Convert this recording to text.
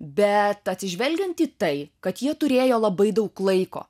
bet atsižvelgiant į tai kad jie turėjo labai daug laiko